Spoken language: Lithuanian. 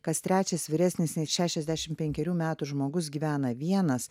kas trečias vyresnis nei šešiasdešim penkerių metų žmogus gyvena vienas